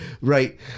right